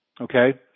Okay